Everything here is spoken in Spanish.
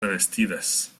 revestidas